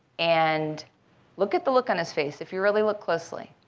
and look at the look on his face if you really look closely.